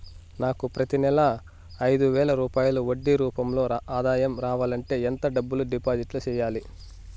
నాకు ప్రతి నెల ఐదు వేల రూపాయలు వడ్డీ రూపం లో ఆదాయం రావాలంటే ఎంత డబ్బులు డిపాజిట్లు సెయ్యాలి?